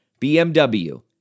BMW